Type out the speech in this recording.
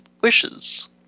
wishes